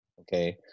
Okay